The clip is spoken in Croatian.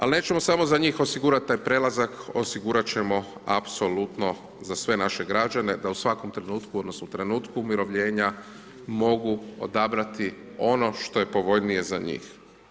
Ali nećemo samo za njih osigurat taj prelazak, osigurat ćemo apsolutno za sve naše građane, da u svakom trenutku odnosno u trenutku umirovljenja mogu odabrati ono što je povoljnije za njih.